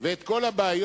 ואת כל הבעיות,